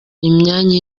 imyanya